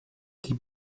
die